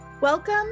Welcome